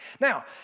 Now